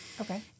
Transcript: Okay